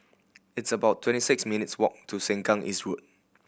it's about twenty six minutes' walk to Sengkang East Road